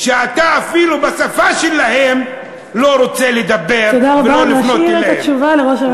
כשאפילו בשפה שלהם אתה לא רוצה לדבר ולא לפנות בה אליהם?